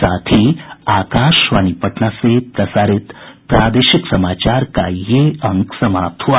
इसके साथ ही आकाशवाणी पटना से प्रसारित प्रादेशिक समाचार का ये अंक समाप्त हुआ